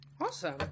Awesome